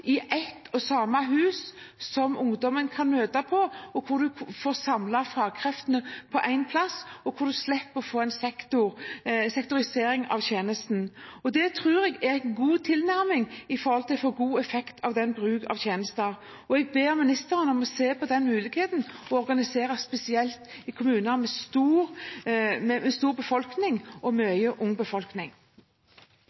i ett og samme hus, der ungdommen kan møte, der en får samlet fagkreftene på én plass, og der en slipper å få en sektorisering av tjenesten. Det tror jeg er en god tilnærming når det gjelder å få god effekt av bruken av disse tjenestene. Jeg ber ministeren om å se på den muligheten å organisere på, spesielt i kommuner med stor befolkning og